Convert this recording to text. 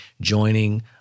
joining